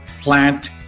plant